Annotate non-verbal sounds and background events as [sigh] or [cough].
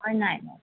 হয় নাই [unintelligible]